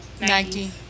Nike